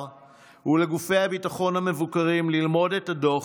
ולגופי הביטחון המבוקרים ללמוד את הדוח,